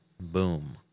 Boom